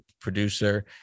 producer